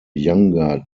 younger